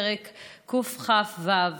פרק קכ"ו.